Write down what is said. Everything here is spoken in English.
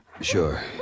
Sure